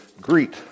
greet